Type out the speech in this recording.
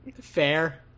Fair